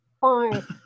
fine